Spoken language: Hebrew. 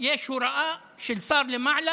יש הוראה של שר למעלה,